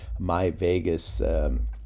MyVegas